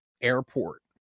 airport